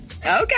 okay